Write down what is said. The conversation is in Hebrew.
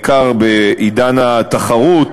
בעיקר בעידן התחרות